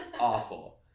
awful